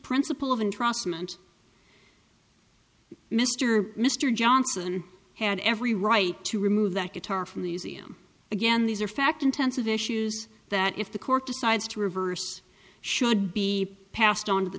principle of entrustment mr mr johnson had every right to remove that guitar from the museum again these are fact intensive issues that if the court decides to reverse should be passed on to the